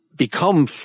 become